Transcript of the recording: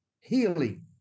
healing